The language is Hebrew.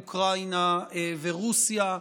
אוקראינה ורוסיה.